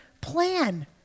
plan